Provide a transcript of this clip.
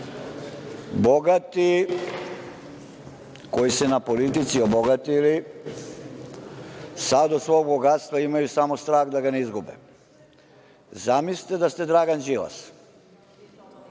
Bogati koji su se na politici obogatili sada od svog bogatstva imaju samo strah da ga ne izgube. Zamislite da ste Dragan Đilas,